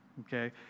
Okay